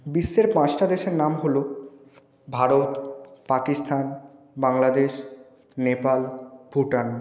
বিশ্বের পাঁচটা দেশের নাম হলো ভারত পাকিস্তান বাংলাদেশ নেপাল ভুটান